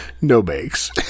no-bakes